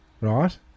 right